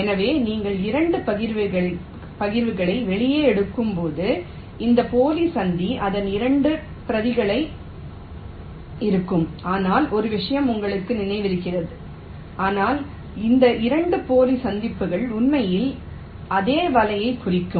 எனவே நீங்கள் 2 பகிர்வுகளை வெளியே எடுக்கும்போது இந்த போலி சந்தி அதன் 2 பிரதிகள் இருக்கும் ஆனால் ஒரு விஷயம் உங்களுக்கு நினைவிருக்கிறது ஆனால் இந்த 2 போலி சந்திப்புகள் உண்மையில் அதே வலையை குறிக்கும்